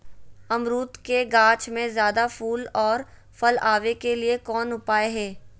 अमरूद के गाछ में ज्यादा फुल और फल आबे के लिए कौन उपाय है?